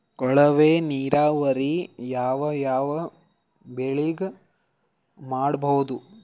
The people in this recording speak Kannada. ಕೊಳವೆ ನೀರಾವರಿ ಯಾವ್ ಯಾವ್ ಬೆಳಿಗ ಮಾಡಬಹುದು?